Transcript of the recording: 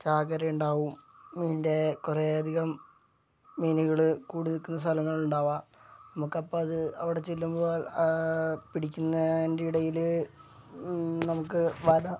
ചാകര ഉണ്ടാകും മീനിൻ്റെ കുറെ അധികം മീനുകൾ കൂടി നിൽക്കുന്ന സ്ഥലങ്ങൾ ഉണ്ടാകാം നമുക്ക് അപ്പം അത് അവിടെ ചെല്ലുമ്പോൾ പിടിക്കുന്ന അതിൻ്റെ ഇടയില് നമുക്ക് വല